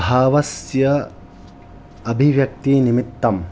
भावस्य अभिव्यक्तिनिमित्तं